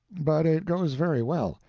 but it goes very well,